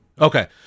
Okay